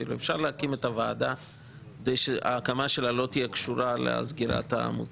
אפשר להקים את הוועדה כדי שההקמה שלה לא תהיה קשורה לסגירת העמותה.